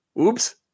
Oops